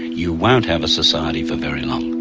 you won't have a society for very long.